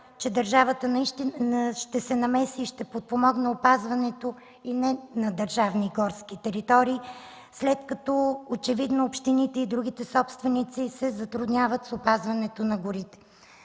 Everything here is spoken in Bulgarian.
че държавата ще се намеси и ще подпомогне опазването на държавни горски територии, след като очевидно общините и другите собственици се затрудняват с опазването на горите.